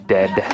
Dead